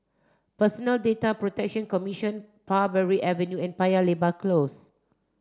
Personal Data Protection Commission Parbury Avenue and Paya Lebar Close